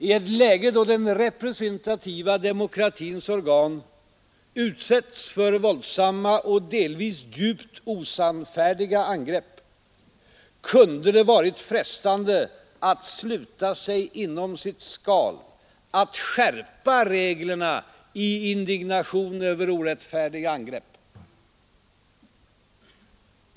I ett läge då den representativa demokratins organ utsätts för våldsamma och delvis djupt osannfärdiga angrepp kunde det ha varit frestande att sluta sig inom sitt skal, att skärpa reglerna i indignation över orättfärdiga angrepp.